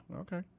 Okay